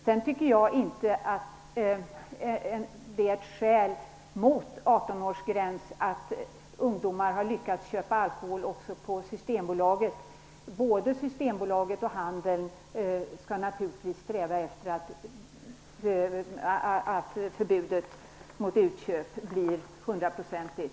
Jag tycker inte att det är ett skäl mot ett införande av en 18-årsgräns att ungdomar har lyckats att köpa alkohol också på Systembolaget. Både Systembolaget och handeln skall naturligtvis sträva efter att förbudet mot inköp följs hundraprocentigt.